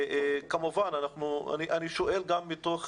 אני שואל גם מתוך